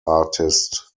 artist